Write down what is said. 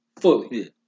Fully